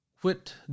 quit